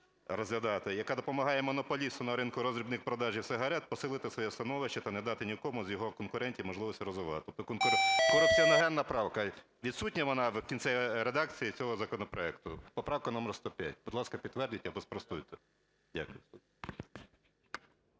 яка допомагає монополісту на ринку роздрібного продажу сигарет посити своє становище та не дати нікому з його конкурентів можливостей розвиватись. Корупціогенна правка, відсутня вона в редакції цього законопроекту, поправка номер 105? Будь ласка, підтвердіть або спростуйте. Дякую.